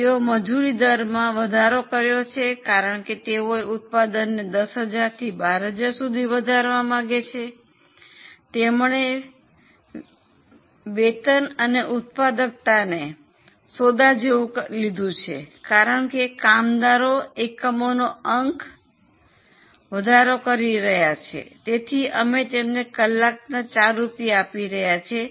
તેઓએ મજૂર દરમાં વધારો કર્યો છે કારણ કે તેઓ ઉત્પાદનને 10000 થી 12000 સુધી વધારવા માગે છે તેમણે વેતન અને ઉત્પાદકતાને સોદો જેવું લીધું છે કારણ કે કામદારો એકમોના અંકમાં વધારો કરી રહ્યા છે તેથી અમે તેમને કલાકના 4 રૂપિયા આપી રહ્યા છીએ